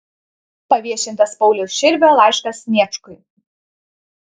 paviešintas pauliaus širvio laiškas sniečkui